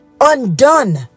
undone